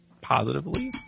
Positively